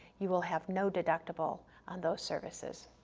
you will have no deductible on those services.